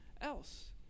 else